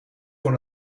voor